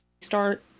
start